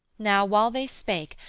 now, while they spake,